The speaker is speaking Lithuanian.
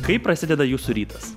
kaip prasideda jūsų rytas